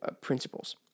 principles